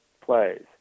plays